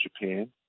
Japan